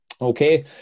okay